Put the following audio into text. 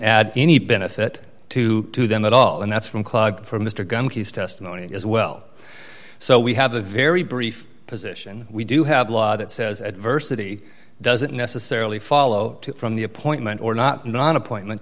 add any benefit to them at all and that's from clogged from mr graham case testimony as well so we have a very brief position we do have a law that says adversity doesn't necessarily follow from the appointment or not non appointment